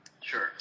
Sure